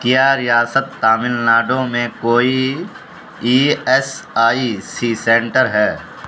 کیا ریاست تامل ناڈو میں کوئی E S I C centre ہے